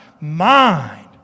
mind